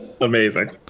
amazing